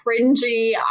cringy